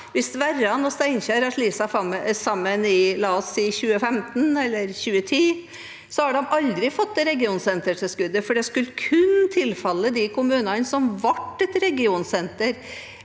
kommune hadde slått seg sammen i 2015 eller 2010, hadde de aldri fått dette regionsentertilskuddet, for det skulle kun tilfalle de kommunene som ble et regionsenter